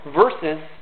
versus